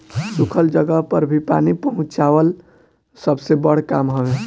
सुखल जगह पर पानी पहुंचवाल सबसे बड़ काम हवे